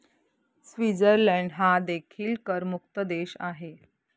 Switzerland हा देखील करमुक्त देश आहे